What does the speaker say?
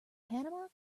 panama